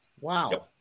Wow